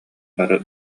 бары